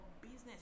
business